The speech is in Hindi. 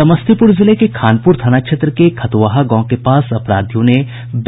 समस्तीपुर जिले के खानपुर थाना क्षेत्र के खतुआहा गांव के पास अपराधियों ने